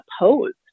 opposed